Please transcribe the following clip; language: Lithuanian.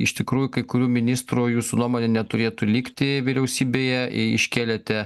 iš tikrųjų kai kurių ministrų jūsų nuomone neturėtų likti vyriausybėje į iškėlėte